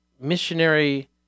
missionary